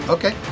Okay